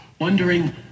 Wondering